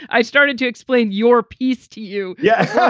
i started to explain your piece to you. yeah